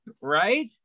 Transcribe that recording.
Right